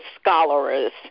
scholars